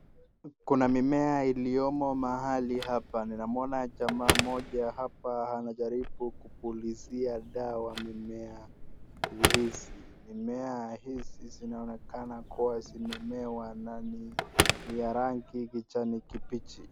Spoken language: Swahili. Kuna mimea iliyomo mahali hapa. Ninamwona jamaa moja hapa anajaribu kupulizia dawa mimea hizi. Mimea hizi zinaonekana kuwa zimemea na ya rangi kijani kibichi.